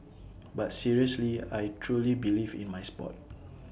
but seriously I truly believe in my Sport